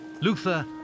Luther